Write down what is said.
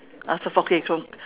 uh